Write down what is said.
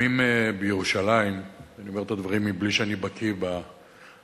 אני אומר את הדברים בלי שאני בקי במהלכים